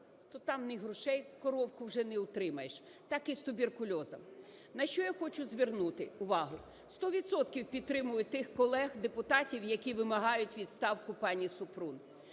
то там ні грошей, коровку вже не утримаєш, так і з туберкульозом. На що я хочу звернути увагу, сто відсотків підтримую тих колег, депутатів, які вимагають відставку пані Супрун.